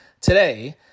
today